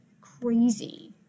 crazy